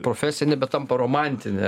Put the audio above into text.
profesija nebetampa romantine